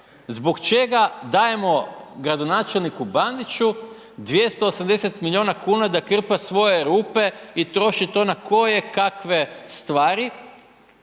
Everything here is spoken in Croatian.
Zbog čega dajemo gradonačelniku Bandiću 280 milijuna kuna da krpa svoje rupe i troši to na koje kakve stvari